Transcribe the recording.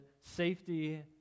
safety